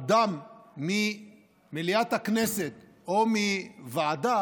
אדם ממליאת הכנסת או מוועדה